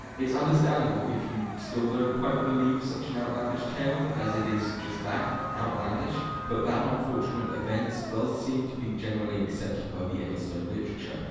it's understandable if you still don't quite believe such an outlandish tale, as it is just that. outlandish but that unfortunate event does seem to be generally accepted by the eddystone literature,